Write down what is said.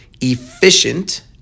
efficient